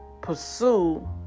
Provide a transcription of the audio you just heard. pursue